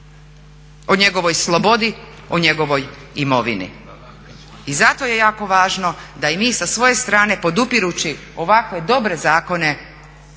o njegovoj slobodi, o njegovoj imovini. I zato je jako važno da i mi sa svoje strane podupirući ovakve dobre zakone